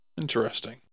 Interesting